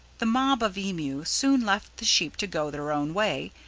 the mob of emu soon left the sheep to go their own way,